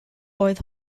oedd